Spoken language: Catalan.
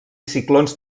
ciclons